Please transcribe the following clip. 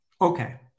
Okay